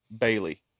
Bailey